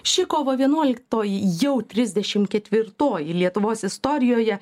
ši kovo vienuoliktoji jau trisdešimt ketvirtoji lietuvos istorijoje